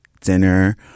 dinner